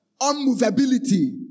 unmovability